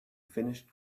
finished